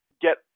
get